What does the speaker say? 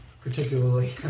particularly